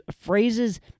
phrases